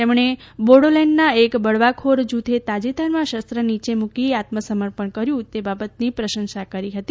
તેમણે બોડોલેન્ડના એક બળાવાખોર જૂથે તાજેતરમાં શસ્ત્ર નીચે મુકીને આત્મસમર્પણ કર્યું તે બાબતની પ્રશંસા કરી હતી